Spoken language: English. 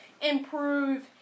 improve